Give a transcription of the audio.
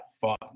fun